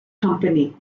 company